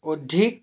অধিক